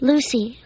Lucy